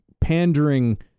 pandering